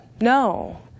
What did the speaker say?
no